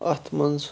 اَتھ منٛز